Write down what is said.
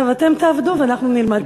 עכשיו אתם תעבדו ואנחנו נלמד תורה.